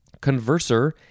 Converser